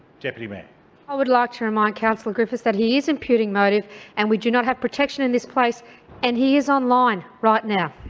deputy mayor i would like to remind councillor griffiths that he is imputing motive and we do not have protection in this place and he is online right now.